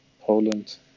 Poland